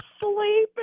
sleeping